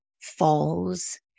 falls